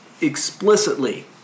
explicitly